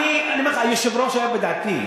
אני אומר לך: היושב-ראש היה בדעתי.